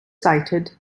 cited